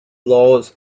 laws